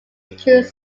include